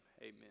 amen